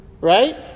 right